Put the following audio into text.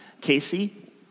Casey